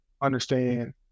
understand